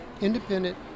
independent